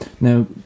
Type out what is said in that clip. Now